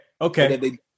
Okay